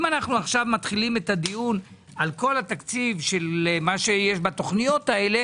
אם אנו עכשיו מתחילים את הדיון על כל התקציב של מה שיש בתוכניות האלה